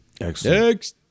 Excellent